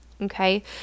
Okay